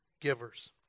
givers